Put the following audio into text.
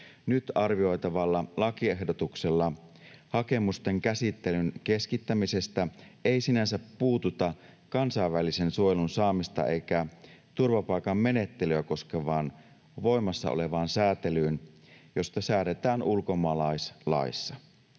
”Nyt arvioitavalla lakiehdotuksella hakemusten käsittelyn keskittämisestä ei sinänsä puututa kansainvälisen suojelun saamista eikä turvapaikan menettelyä koskevaan voimassa olevaan säätelyyn, josta säädetään ulkomaalaislaissa.”